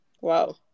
Wow